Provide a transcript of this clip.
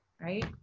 right